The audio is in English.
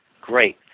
Great